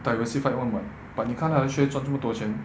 diversified [one] [what] but 你的 share 赚这么多钱